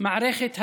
מערכת הבריאות,